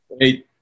hey